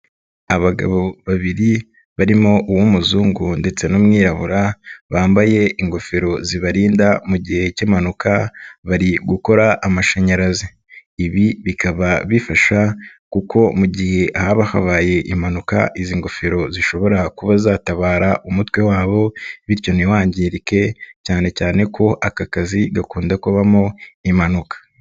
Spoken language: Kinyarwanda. Abagabo babiri barimo uw'umuzungu ndetse n'umwirabura bambaye ingofero zibarinda mu gihe k'impanuka bari gukora amashanyarazi, ibi bikaba bifasha kuko mu gihe haba habaye impanuka izi ngofero zishobora kuba zatabara umutwe wabo bityo ntiwangirike cyane cyane ko aka kazi gakunda kubamo impanuka.